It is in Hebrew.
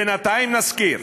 בינתיים, נזכיר